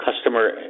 customer